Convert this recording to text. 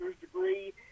degree